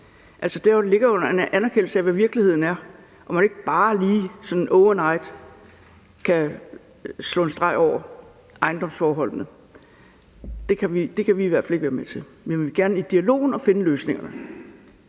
Deri ligger jo en anerkendelse af, hvordan virkeligheden er, og at man ikke bare sådan lige over night kan slå en streg over ejendomsforholdene. Det kan vi i hvert fald ikke være med til, men vi vil gerne i dialog og finde nogle løsninger.